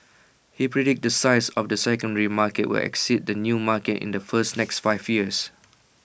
he predicts the size of the secondary market will exceed the new market in the first next five years